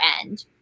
end